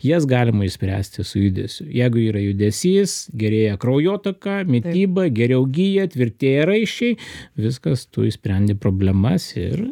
jas galima išspręsti su judesiu jeigu yra judesys gerėja kraujotaka mityba geriau gyja tvirtėja raiščiai viskas tu išsprendi problemas ir